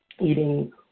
eating